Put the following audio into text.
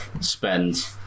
spend